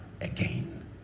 again